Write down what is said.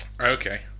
Okay